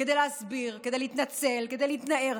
כדי להסביר, כדי להתנצל, כדי להתנער.